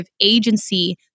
agency